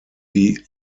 die